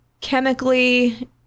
chemically